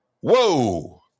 Whoa